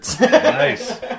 Nice